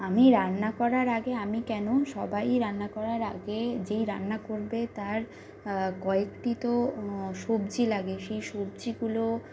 আমি রান্না করার আগে আমি কেন সবাই রান্না করার আগে যেই রান্না করবে তার কয়েকটি তো সবজি লাগে সেই সবজিগুলো